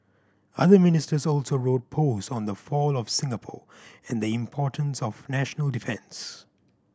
other Ministers also wrote post on the fall of Singapore and the importance of national defence